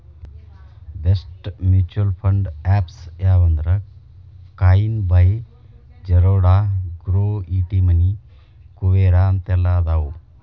best mutual fund apps ಯಾವಂದ್ರಾ coin by Zerodha Groww ET money Kuvera ಅಂತೆಲ್ಲಾ ಅದಾವ